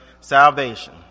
salvation